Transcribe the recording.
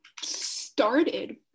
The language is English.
started